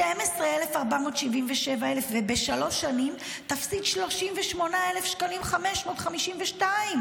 -- תפסיד 12,477. בשלוש שנים היא תפסיד 38,552 שקלים.